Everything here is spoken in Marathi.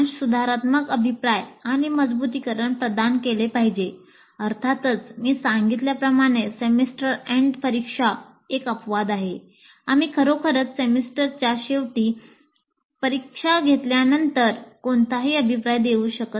सुधारात्मक अभिप्राय आणि मजबुतीकरण प्रदान केले पाहिजे अर्थातच मी सांगितल्याप्रमाणे सेमेस्टर एंड परीक्षा एक अपवाद आहे आम्ही खरोखरच सेमेस्टरच्या शेवटी परीक्षा घेतल्यानंतर कोणताही अभिप्राय देऊ शकत नाही